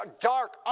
dark